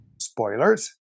Spoilers